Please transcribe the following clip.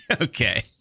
Okay